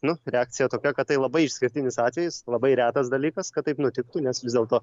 nu reakcija tokia kad tai labai išskirtinis atvejis labai retas dalykas kad taip nutiktų nes vis dėlto